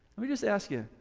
let me just ask you,